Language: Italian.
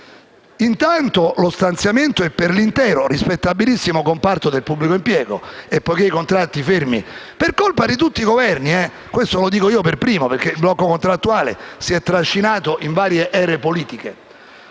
Intanto, lo stanziamento è per l'intero, rispettabilissimo, comparto del pubblico impiego, i cui contratti sono fermi da tempo, per colpa di tutti i Governi: questo lo dico io per primo, perché il blocco contrattuale si è trascinato in varie ere politiche.